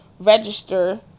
register